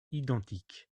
identiques